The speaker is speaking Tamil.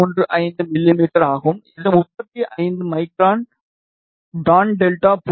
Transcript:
035 மிமீ ஆகும் இது 35 மைக்ரான் டான் டெல்டா 0